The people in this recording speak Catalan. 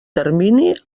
termini